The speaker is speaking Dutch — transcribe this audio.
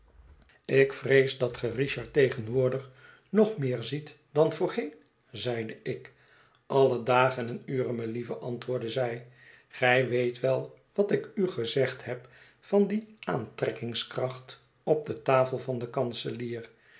ik vrees dat ge richard tegenwoordig nog meer ziet dan voorheen zeide ik alle dagen en uren melieve antwoordde zij gij weet wel wat ik u gezegd heb van die aantrekkingskracht op de tafel van den kanselier